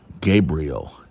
Gabriel